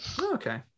Okay